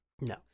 No